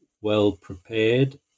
well-prepared